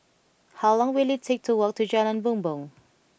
how long will it take to walk to Jalan Bumbong